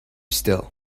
still